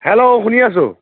hello শুনি আছোঁ